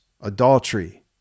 adultery